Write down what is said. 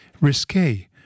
risque